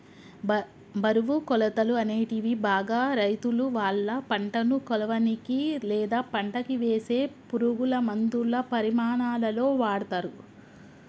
బరువు, కొలతలు, అనేటివి బాగా రైతులువాళ్ళ పంటను కొలవనీకి, లేదా పంటకివేసే పురుగులమందుల పరిమాణాలలో వాడతరు